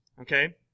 okay